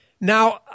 Now